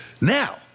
now